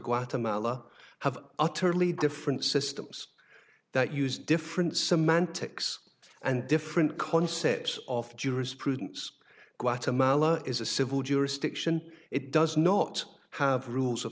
guatemala have utterly different systems that use different semantics and different concepts of jurisprudence guatemala is a civil jurisdiction it does not have rules o